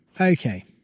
Okay